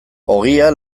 ogia